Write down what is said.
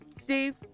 Steve